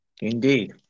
Indeed